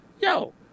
Yo